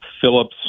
Phillips